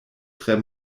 tre